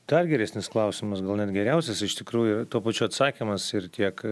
dar geresnis klausimas gal net geriausias iš tikrųjų tuo pačiu atsakymas ir tiek